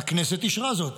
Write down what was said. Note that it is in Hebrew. והכנסת אישרה זאת.